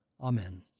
Amen